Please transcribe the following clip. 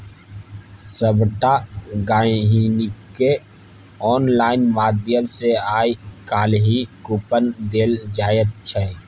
सभटा गहिंकीकेँ आनलाइन माध्यम सँ आय काल्हि कूपन देल जाइत छै